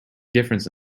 difference